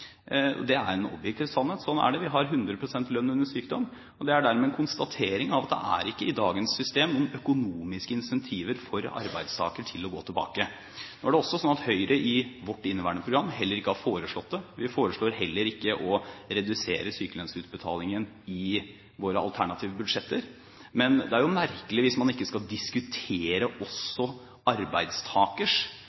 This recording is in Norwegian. Det er en objektiv sannhet – slik er det. Vi har 100 pst. lønn under sykdom, og det er dermed en konstatering av at det i dagens system ikke er noen økonomiske incentiver for arbeidstaker til å gå tilbake. Nå er det også slik at Høyre i sitt inneværende program heller ikke har foreslått det. Vi foreslår heller ikke å redusere sykelønnsutbetalingen i våre alternative budsjetter. Men det er jo merkelig at man ikke skal diskutere